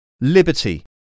liberty